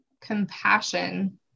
compassion